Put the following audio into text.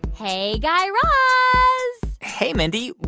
hey, guy raz hey, mindy.